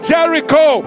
Jericho